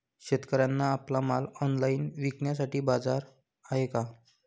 शेतकऱ्यांना आपला माल ऑनलाइन विकण्यासाठी बाजार आहे का?